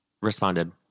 responded